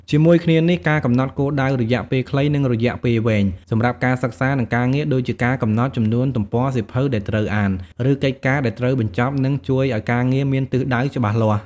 ជាមួយគ្នានេះ ការកំណត់គោលដៅរយៈពេលខ្លី និងរយៈពេលវែង សម្រាប់ការសិក្សា និងការងារ ដូចជាការកំណត់ចំនួនទំព័រសៀវភៅដែលត្រូវអាន ឬកិច្ចការដែលត្រូវបញ្ចប់ នឹងជួយឲ្យការងារមានទិសដៅច្បាស់លាស់។